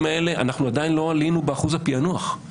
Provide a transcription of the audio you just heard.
עדיין לא עלינו באחוז הפענוח.